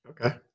okay